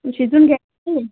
शिजवून घ्यायचे